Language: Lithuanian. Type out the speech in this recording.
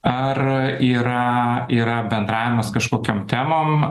ar yra yra bendravimas kažkokiom temom